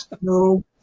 No